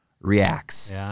reacts